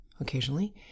Occasionally